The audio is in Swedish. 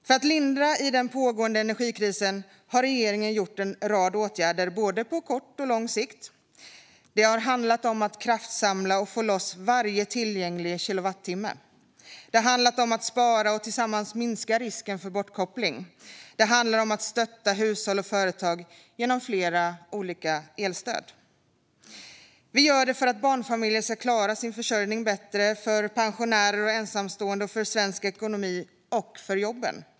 För att lindra i den pågående energikrisen har regeringen gjort en rad åtgärder, på både kort och lång sikt. Det har handlat om att kraftsamla och få loss varje tillgänglig kilowattimme. Det har handlat om att spara och tillsammans minska risken för bortkoppling. Det handlar om att stötta hushåll och företag genom flera olika elstöd. Detta gör vi för att barnfamiljer ska klara sin försörjning bättre, för pensionärer och ensamstående, för svensk ekonomi och för jobben.